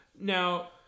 Now